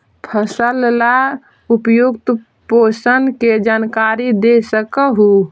फसल ला उपयुक्त पोषण के जानकारी दे सक हु?